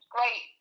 Great